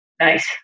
nice